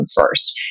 first